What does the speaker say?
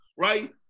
right